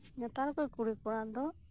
ᱱᱮᱛᱟᱨ ᱠᱚᱡ ᱠᱩᱲᱤ ᱠᱚᱲᱟ ᱫᱚ